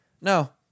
No